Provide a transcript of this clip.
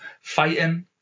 fighting